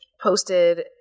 posted